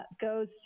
goes